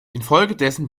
infolgedessen